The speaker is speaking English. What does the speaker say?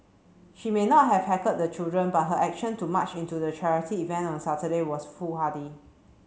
she may not have heckled the children but her action to march into the charity event on Saturday was foolhardy